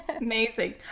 amazing